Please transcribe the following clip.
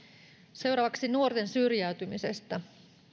seuraavaksi nuorten syrjäytymisestä